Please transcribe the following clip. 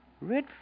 Red